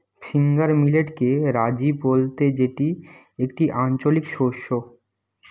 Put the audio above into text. finger মিলেটকে রাজি বলতে যেটি একটি আঞ্চলিক শস্য